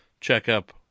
checkup